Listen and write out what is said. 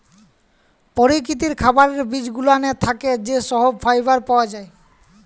পরকিতির খাবারের বিজগুলানের থ্যাকে যা সহব ফাইবার পাওয়া জায়